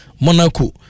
Monaco